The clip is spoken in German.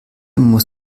muss